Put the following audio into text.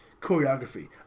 choreography